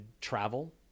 travel